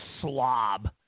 slob